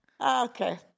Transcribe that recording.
Okay